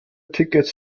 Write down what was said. tickets